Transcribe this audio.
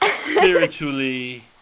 spiritually